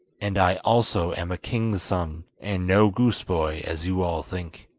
and i also am a king's son, and no goose-boy as you all think